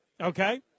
Okay